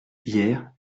hier